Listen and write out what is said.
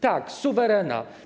Tak, suwerena.